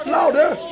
Louder